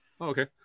Okay